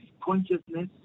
consciousness